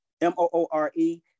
m-o-o-r-e